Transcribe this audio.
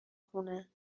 خونه